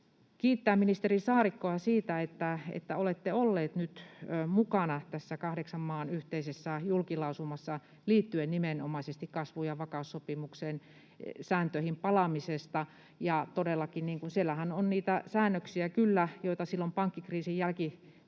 kiittää ministeri Saarikkoa siitä, että olette olleet nyt mukana tässä kahdeksan maan yhteisessä julkilausumassa nimenomaisesti kasvu- ja vakaussopimuksen sääntöihin palaamisesta. Siellähän todellakin on kyllä niitä säännöksiä, joita silloin pankkikriisin jälkitiimellyksessä